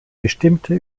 bestimmte